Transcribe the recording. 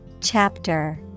Chapter